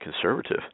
conservative